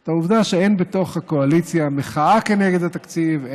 את העובדה שאין בתוך הקואליציה מחאה נגד התקציב,